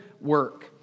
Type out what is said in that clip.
work